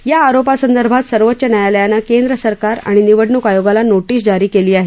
या आरोपासंदर्भात सर्वोच्च न्यायालयानं केंद्र सरकार आणि निवडणूक आयोगाला नोटीस जारी केली आहे